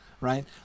right